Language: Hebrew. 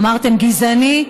אמרתם גזעני?